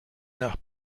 nach